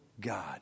God